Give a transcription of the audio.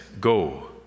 go